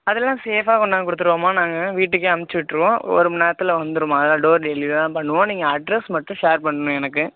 அதெல்லாம் சேஃபாக கொண்டாந்து கொடுத்துருவோம்மா நாங்கள் வீட்டுக்கே அமுச்சி விட்டுருவோம் ஒரு மணி நேரத்தில் வந்துடும்மா அதெல்லாம் டோர் டெலிவெரி ஆ பண்ணுவோம் நீங்கள் அட்ரஸ் மட்டும் ஷேர் பண்ணணும் எனக்கு